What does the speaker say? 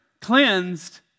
cleansed